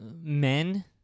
men